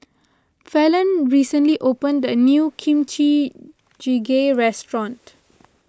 Falon recently opened a new Kimchi Jjigae restaurant